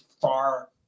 far